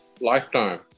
Lifetime